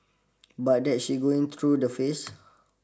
but that she's going through the phase